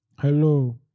Hello